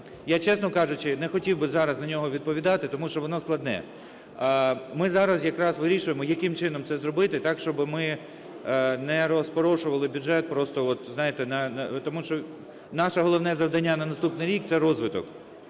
я, чесно кажучи, не хотів би зараз на нього відповідати, тому що воно складне. Ми зараз якраз вирішуємо, яким чином це зробити так, щоб ми не розпорошували бюджет, тому що наше головне завдання на наступний рік – це розвиток.